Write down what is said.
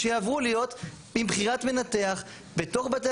שיעברו להיות עם בחירת מנתח בתוך בתי